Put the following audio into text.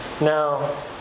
Now